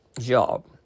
job